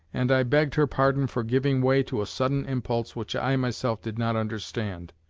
and i begged her pardon for giving way to a sudden impulse which i, myself, did not understand.